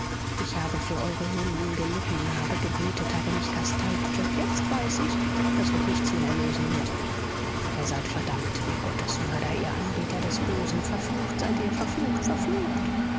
ich habe für eure sünden gelitten habe gebetet habe mich kasteit doch jetzt weiß ich daß euch nichts mehr erlösen wird ihr seid verdammt ihr gottesmörder ihr anbeter des bösen verflucht seid ihr verflucht verflucht